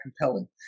compelling